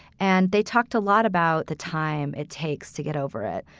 and they talked a lot about the time it takes to get over it,